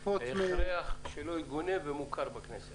זה הכרח מוכר בכנסת